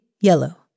yellow